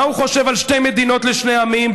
מה הוא חושב על שתי מדינות לשני עמים,